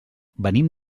venim